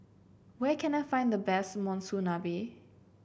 where can I find the best Monsunabe